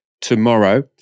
tomorrow